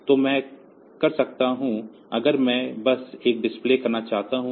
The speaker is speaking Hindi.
तो मैं कर सकता हूँ अगर मैं बस एक डिले करना चाहता हूँ